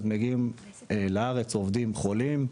מגיעים לארץ עובדים חולים,